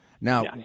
Now